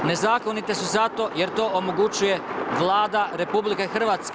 Nezakonite su zato, jer to onemogućuje Vlada RH.